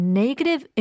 negative